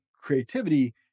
creativity